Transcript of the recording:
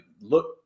look –